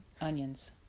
Onions